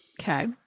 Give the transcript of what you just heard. Okay